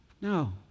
No